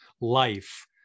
life